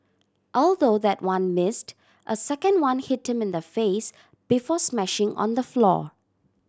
although that one missed a second one hit him in the face before smashing on the floor